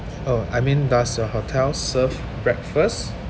oh I mean does your hotel serve breakfast